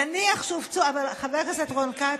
נניח שהופצו, אבל חבר הכנסת רון כץ,